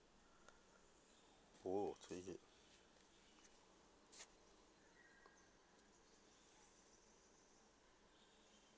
oh three gig